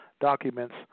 documents